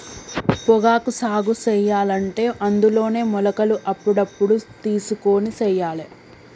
పొగాకు సాగు సెయ్యలంటే అందులోనే మొలకలు అప్పుడప్పుడు తెలుసుకొని సెయ్యాలే